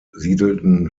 siedelten